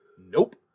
nope